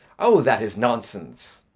oh, that is nonsense!